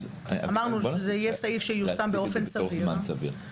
אמרנו שזה יהיה סעיף שייושם באופן סביר.